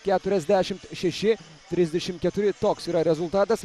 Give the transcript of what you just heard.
keturiasdešimt šeši trisdešimt keturi toks yra rezultatas